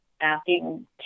asking